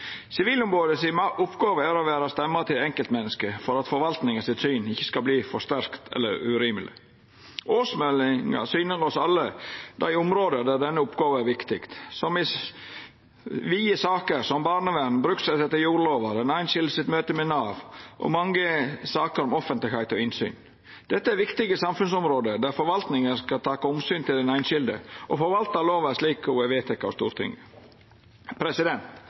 å vera stemma til einskildmennesket for at forvaltninga sitt syn ikkje skal verta for sterkt eller urimeleg. Årsmeldinga syner oss alle dei områda der denne oppgåva er viktig, i eit vidt utval saker, slik som barnevern, bruksrett etter jordlova, den einskilde sitt møte med Nav og mange saker om offentlegheit og innsyn. Dette er viktige samfunnsområde der forvaltninga skal ta omsyn til den einskilde og forvalta lova slik ho er vedteken av Stortinget.